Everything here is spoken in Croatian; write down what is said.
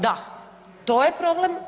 Da, to je problem.